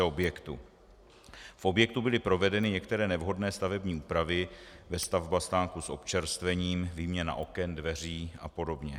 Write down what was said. V objektu byly provedeny některé nevhodné stavební úpravy vestavba stánku s občerstvením, výměna oken, dveří apod.